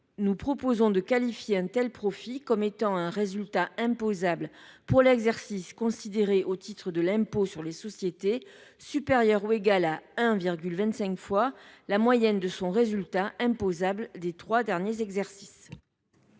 Nous proposons de qualifier un tel profit comme étant « un résultat imposable pour l’exercice considéré au titre de l’impôt sur les sociétés supérieur ou égal à 1,25 fois la moyenne de son résultat imposable des trois derniers exercices